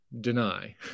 deny